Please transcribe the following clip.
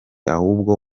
ahubwo